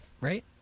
right